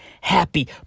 happy